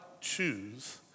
choose